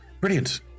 Brilliant